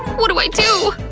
what do i do?